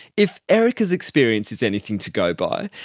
if erica's experience is anything to go by,